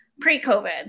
pre-covid